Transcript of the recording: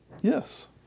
Yes